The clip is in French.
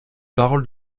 paroles